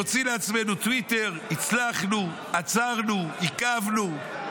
נוציא לעצמנו טוויטר: הצלחנו, עצרנו, עיכבנו.